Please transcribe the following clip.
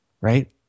right